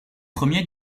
premier